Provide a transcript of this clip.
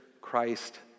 Christ